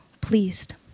pleased